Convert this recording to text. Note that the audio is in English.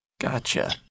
Gotcha